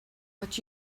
but